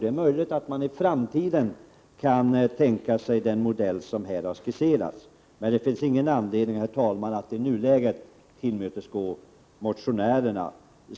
Det är möjligt att man i framtiden kan tänka sig den modell som här har skisserats, men det finns ingen anledning att i nuläget tillmötesgå motionärerna.